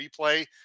replay